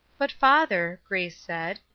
but father, grace said,